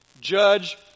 Judge